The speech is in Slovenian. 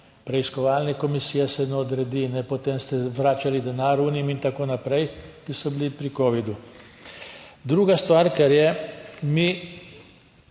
preiskovalne komisije se ne odredi, Potem ste vračali denar UNIM in tako naprej, ki so bili pri covidu. Druga stvar kar je, mi